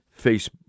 Facebook